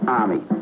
army